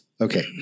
Okay